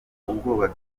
ubwoba